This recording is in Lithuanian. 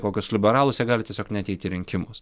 kokius liberalus jie gali tiesiog neateit į rinkimus